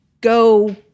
go